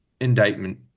indictment